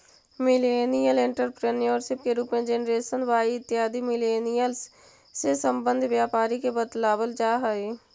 millennial entrepreneurship के रूप में जेनरेशन वाई इत्यादि मिलेनियल्स् से संबंध व्यापारी के बतलावल जा हई